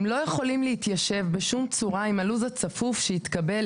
הם לא יכולים להתיישב בשום צורה עם הלו"ז הצפוף שהתקבל,